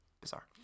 bizarre